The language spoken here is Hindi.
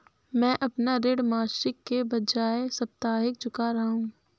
मैं अपना ऋण मासिक के बजाय साप्ताहिक चुका रहा हूँ